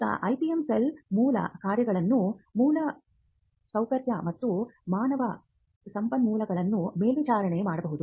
ಈಗ IPM cell ಮೂಲ ಕಾರ್ಯಗಳು ಮೂಲಸೌಕರ್ಯ ಮತ್ತು ಮಾನವ ಸಂಪನ್ಮೂಲವನ್ನು ಮೇಲ್ವಿಚಾರಣೆ ಮಾಡುವುದು